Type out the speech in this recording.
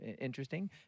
interesting